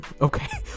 okay